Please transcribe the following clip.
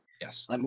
yes